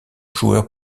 joueur